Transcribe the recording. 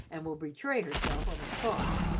and will betray herself on the spot.